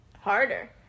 harder